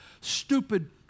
stupid